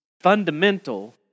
fundamental